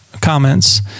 comments